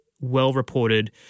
well-reported